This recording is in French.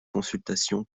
consultation